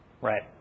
Right